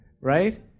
right